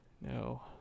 No